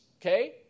okay